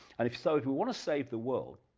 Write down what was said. and if so if you want to save the world,